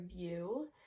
review